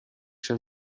się